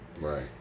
Right